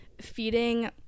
feeding